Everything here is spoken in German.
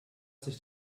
sich